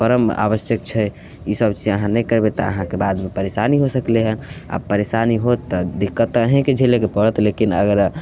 परम आवश्यक छै ईसब चीज अहाँ नहि करबै तऽ अहाँके बादमे परेशानी हो सकलै हँ आओर परेशानी होत तऽ दिक्कत तऽ अहीँके झेलैके पड़त लेकिन अगर